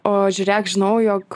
o žiūrėk žinau jog